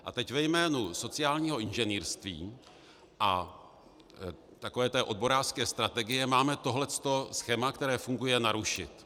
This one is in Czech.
A teď ve jménu sociálního inženýrství a takové té odborářské strategie máme tohle schéma, které funguje, narušit.